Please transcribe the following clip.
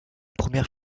première